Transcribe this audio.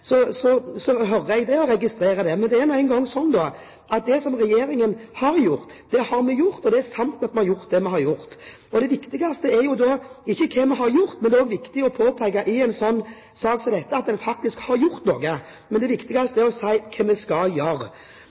så hører jeg det, og registrerer det. Men det er nå engang sånn at det regjeringen har gjort, det har den gjort, og det er sant at vi har gjort det vi har gjort. Det viktigste da er ikke hva vi har gjort, men det er viktig i en sak som denne å påpeke at en faktisk har gjort noe. Men det viktigste er å si hva vi skal gjøre.